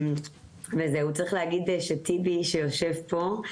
צריך להגיד שטיבי שיושב פה,